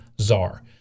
Czar